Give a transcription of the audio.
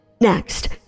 Next